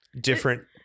different